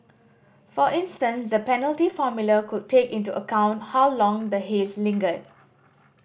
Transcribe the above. for instance the penalty formula could take into account how long the haze lingered